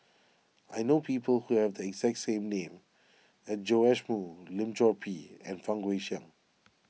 I know people who have the exact name as Joash Moo Lim Chor Pee and Fang Guixiang